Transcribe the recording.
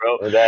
bro